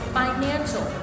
financial